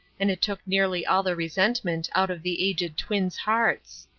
and it took nearly all the resentment out of the aged twin's hearts.